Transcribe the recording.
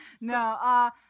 No